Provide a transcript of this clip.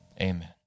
Amen